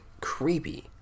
creepy